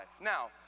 Now